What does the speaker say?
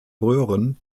röhren